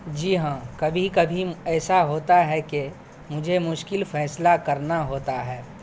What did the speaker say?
جی ہاں کبھی کبھی ایسا ہوتا ہے کہ مجھے مشکل فیصلہ کرنا ہوتا ہے